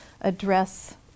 address